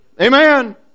Amen